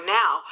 now